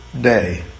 day